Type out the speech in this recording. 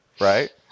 Right